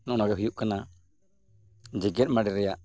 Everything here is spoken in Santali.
ᱱᱚᱜᱼᱚ ᱱᱟ ᱜᱮ ᱦᱩᱭᱩᱜ ᱠᱟᱱᱟ ᱡᱮᱜᱮᱫ ᱢᱟᱰᱮᱨ ᱨᱮᱭᱟᱜ